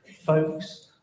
Folks